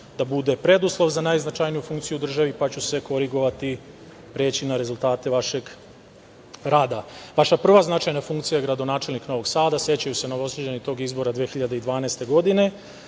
da bude preduslov za najznačajniju funkciju u državi, pa ću se korigovati preći na rezultate vašeg rada. Vaša prva značajna funkcija gradonačelnik Novog Sada, sećaju se Novosađani tog izbora 2012. godine,